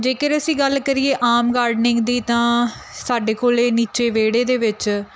ਜੇਕਰ ਅਸੀਂ ਗੱਲ ਕਰੀਏ ਆਮ ਗਾਰਡਨਿੰਗ ਦੀ ਤਾਂ ਸਾਡੇ ਕੋਲ ਨੀਚੇ ਵਿਹੜੇ ਦੇ ਵਿੱਚ